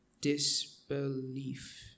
disbelief